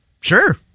Sure